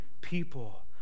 people